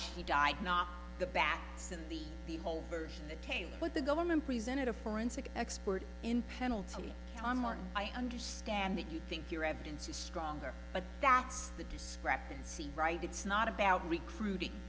she died not the bats in the the whole version the tale what the government presented a forensic expert in penalty on martin i understand that you think your evidence is stronger but that's the discrepancy right it's not about recruiting